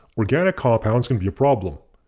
organic compounds can be a problem.